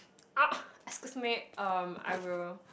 ah excuse me um I will